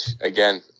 Again